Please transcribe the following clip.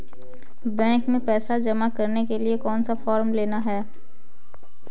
Bank में पैसा जमा करने के लिए कौन सा फॉर्म लेना है?